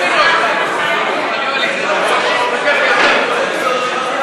61. הסתייגויות תוספת התקציב לסעיף 39 לא התקבלו.